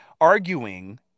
arguing